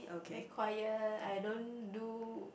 make quiet I don't do